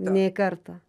nei kartą